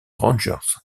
rangers